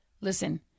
Listen